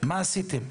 מה עשיתם?